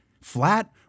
flat